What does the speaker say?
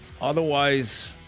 Otherwise